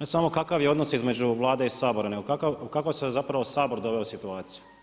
ne samo kakav je odnos između Vlade i Sabora nego kako se Sabor doveo u situaciju.